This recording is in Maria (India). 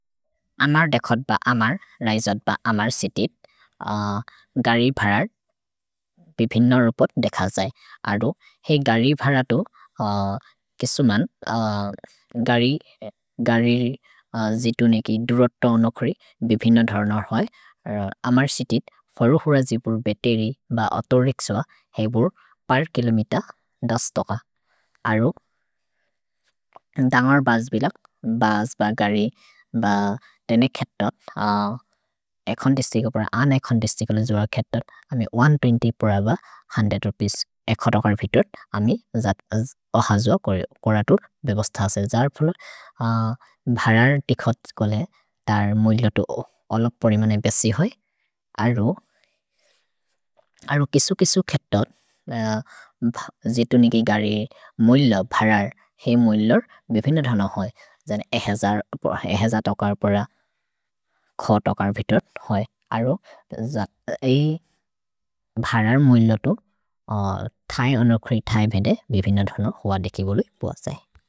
अमर् देखोद् ब अमर् रैजोद् ब अमर् सितित् गरि भरर् बिभिन रुपत् देख जै। अरो हेइ गरि भरतु केसु मन् गरि जितु नेकि दुरोत्तो अनुक्रि बिभिन धरनर् होइ। अमर् सितित् फरु हुर जिबुर् बेतेरि ब अतोरेक्सुअ हेबुर् पर् किलोमित दस् तोक। अरो दन्गर् बज् बिलक् बज् ब गरि ब तेने खेतोत् एखोन्तिस्ति गोपर अनेखोन्तिस्ति गोल जोअ खेतोत् अमे एक् सो बिस् पोर ब एक् सो रुपिस् एखोत् अकर् वितोत् अमे अहजुअ कोरतुर् बेबस्त असे। अमर् सितित् फरु हुर जिबुर् बेतेरि ब तेने खेतोत् एखोन्तिस्ति गोल जोअ खेतोत् अमे एक् सो बिस् पोर पोर ब एक् सो रुपिस् एखोत् अकर् वितोत् अमे अहजुअ कोरतुर् बेबस्त असे।